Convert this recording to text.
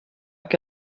que